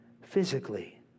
physically